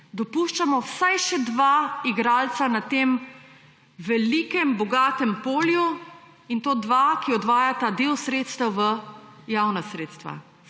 Dopuščamo vsaj še dva igralca na tem velikem, bogatem polju, in to dva, ki odvajata del sredstev v javna sredstva.